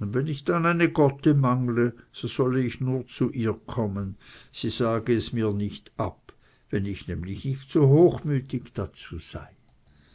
und wenn ich dann eine gotte mangle so solle ich nur zu ihr kommen sie sage es mir nicht ab wenn ich nämlich nicht zu hochmütig dazu sei